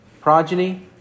progeny